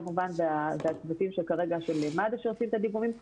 כמובן בצוותים של מד"א שעושים את הדברים וקופות החולים,